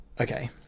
Okay